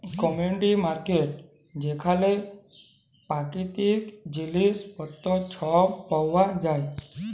commodity market যেখালে পাকিতিক জিলিস পত্তর ছব পাউয়া যায়